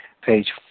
page